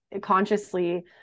consciously